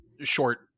short